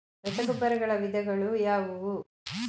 ರಸಗೊಬ್ಬರಗಳ ವಿಧಗಳು ಯಾವುವು?